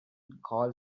called